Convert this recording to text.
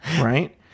Right